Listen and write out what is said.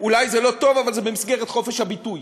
אולי זה לא טוב, אבל זה במסגרת חופש הביטוי.